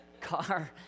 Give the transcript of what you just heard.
car